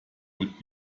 would